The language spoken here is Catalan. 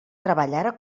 treballara